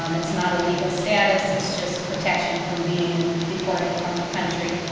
um it's not a legal status, it's just protection from being deported from the country.